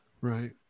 right